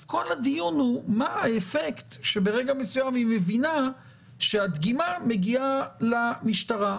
אז כל הדיון הוא על האפקט ברגע מסוים כשהיא מבינה שהדגימה מגיעה למשטרה.